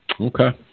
Okay